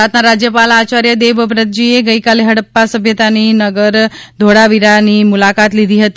ગુજરાતના રાજ્યપાલ આયાર્થ દેવવ્રતજીએ ગઇકાલે હડપ્પા સભ્યતાનું નગર ધોળાવીરાની લીધી હતી